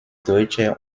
deutscher